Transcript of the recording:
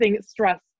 stress